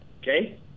Okay